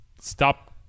Stop